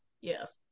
Yes